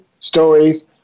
stories